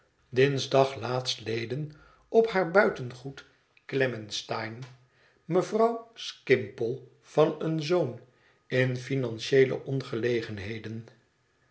dinsdag laatstleden op haar buitengoed klemmenstein mevrouw skimpole van een zoon in financieele ongelegenheden